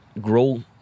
grow